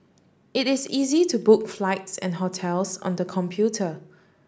it is easy to book flights and hotels on the computer